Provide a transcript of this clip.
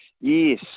yes